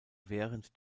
während